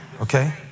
Okay